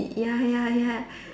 ya ya ya